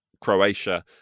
Croatia